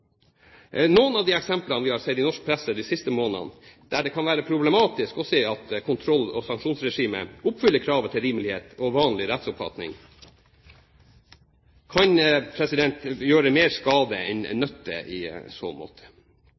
Noen av de eksemplene vi har sett i norsk presse de siste månedene, der det kan være problematisk å se at kontroll- og sanksjonsregimet oppfyller kravet til rimelighet og vanlig rettsoppfatning, kan gjøre mer skade enn nytte i så måte.